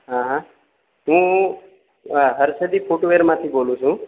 હા હા હું હરસિદ્ધી ફૂટવેરમાંથી બોલું છું